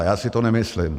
Já si to nemyslím.